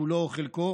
כולו או חלקו,